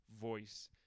voice